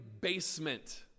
basement